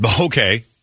Okay